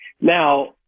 Now